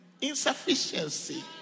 insufficiency